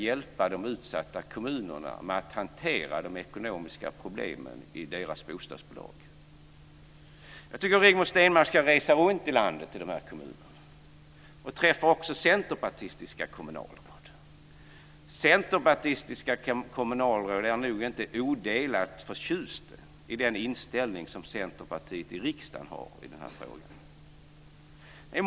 Jag delar dock uppfattningen om en tillväxtpolitik i hela landet. Det vill jag understryka. Jag tycker att Rigmor Stenmark ska resa runt till de här kommunerna och träffa centerpartistiska kommunalråd. Centerpartistiska kommunalråd är nog inte odelat förtjusta över den inställning som Centerpartiet i riksdagen har i den här frågan.